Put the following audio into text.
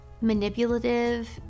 manipulative